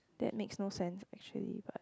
that makes no sense actually but